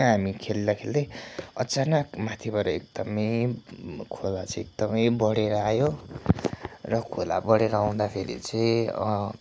हामी खेल्दै खेल्दै अचानक माथिबाट एकदमै खोला चाहिँ एकदमै बढेर आयो र खोला बढेर आउँदाखेरि चाहिँ